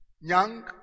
young